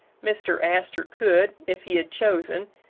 mr. astor could, if he had chosen,